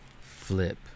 flip